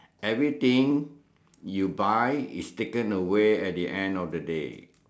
everything you buy is taken away at the end of the day